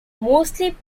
mostly